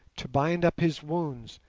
to bind up his wounds,